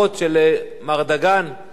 ראש המוסד לשעבר, משתלח